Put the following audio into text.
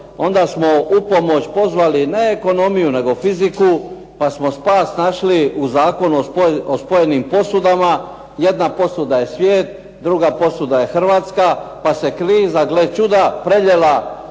onda smo u pomoć pozvali ne ekonomiju, nego fiziku pa smo spas našli u Zakonu o spojenim posudama. Jedna posuda je svijet, druga posuda je Hrvatska, pa se kriza, a gle čuda prenijela